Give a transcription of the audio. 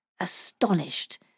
Astonished